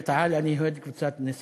בליגת-העל אני אוהד את קבוצת "בני סח'נין".